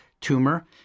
tumor